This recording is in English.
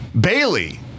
Bailey